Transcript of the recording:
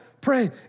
pray